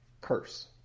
curse